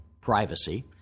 privacy